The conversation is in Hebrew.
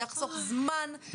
זמן,